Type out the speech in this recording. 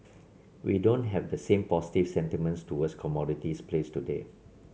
we don't have the same positive sentiments towards commodities plays today